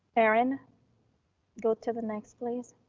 erin go to the next please.